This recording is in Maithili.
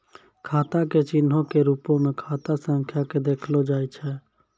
खाता के चिन्हो के रुपो मे खाता संख्या के देखलो जाय छै